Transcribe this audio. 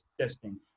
testing